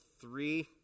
three